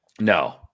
No